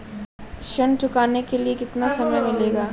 ऋण चुकाने के लिए कितना समय मिलेगा?